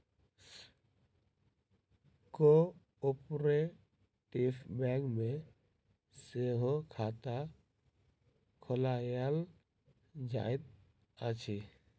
cooperative bank मे सेहो खाता खोलायल जाइत अछि